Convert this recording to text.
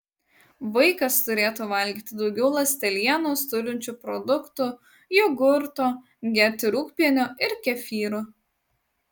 vaikas turėtų valgyti daugiau ląstelienos turinčių produktų jogurto gerti rūgpienio ir kefyro